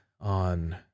on